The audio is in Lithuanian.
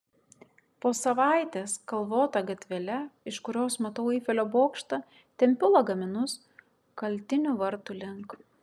po savaitės kalvota gatvele iš kurios matau eifelio bokštą tempiu lagaminus kaltinių vartų link